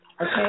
okay